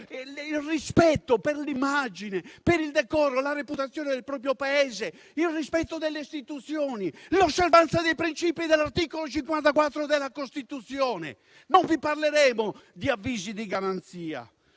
il rispetto per l'immagine, per il decoro e la reputazione del proprio Paese, per le istituzioni e l'osservanza dei principi dell'articolo 54 della Costituzione. Non vi parleremo di avvisi di garanzia,